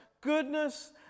Goodness